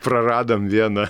praradom vieną